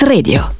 Radio